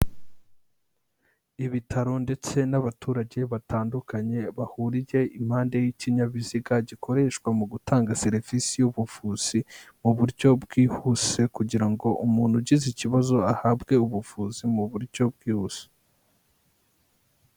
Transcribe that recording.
Ibitaro ndetse n'abaturage batandukanye bahuriye impande y'ikinyabiziga gikoreshwa mu gutanga serivisi y'ubuvuzi, mu buryo bwihuse kugira ngo umuntu ugize ikibazo ahabwe ubuvuzi mu buryo bwihuse.